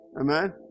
Amen